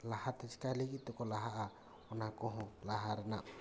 ᱞᱟᱦᱟ ᱛᱮ ᱪᱤᱠᱟᱹᱭ ᱞᱟᱹᱜᱤᱫ ᱛᱮᱠᱚ ᱞᱟᱦᱟᱜᱼᱟᱚᱱᱟ ᱠᱚᱦᱚᱸ ᱞᱟᱦᱟ ᱨᱮᱱᱟᱜ